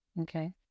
Okay